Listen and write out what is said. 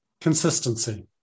Consistency